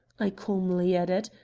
i calmly added,